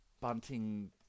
Bunting